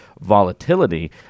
volatility